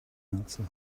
answer